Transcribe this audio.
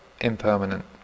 impermanent